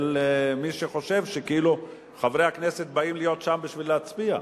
למי שחושב שכאילו חברי הכנסת באים להיות שם בשביל להצביע.